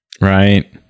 right